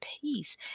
peace